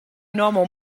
normal